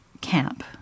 camp